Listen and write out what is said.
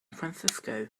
francisco